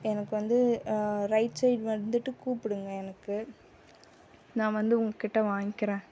எனக்கு வந்து right side வந்துட்டு கூப்புடுங்க எனக்கு நான் வந்து உங்க கிட்ட வாங்கிக்கிறேன்